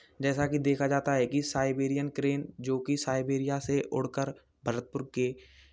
जैसा कि देखा जाता है कि साइबेरियन क्रेन जोकि साइबेरिया से उड़कर भरतपुर के